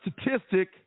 statistic